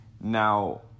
Now